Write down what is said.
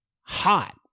hot